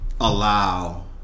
allow